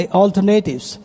alternatives